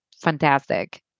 fantastic